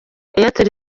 airtel